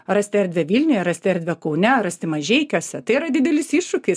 rasti erdvę vilniuje rasti erdvę kaune rasti mažeikiuose tai yra didelis iššūkis